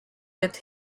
with